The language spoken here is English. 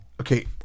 okay